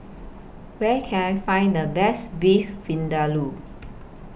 Where Can I Find The Best Beef Vindaloo